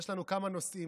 יש לנו כמה נושאים,